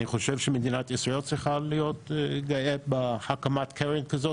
אני חושב שמדינת ישראל צריכה להיות גאה בהקמת קרן כזאת,